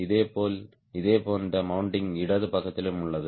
இதேபோல் இதேபோன்ற மெண்ட்டிங் இடது பக்கத்திலும் உள்ளது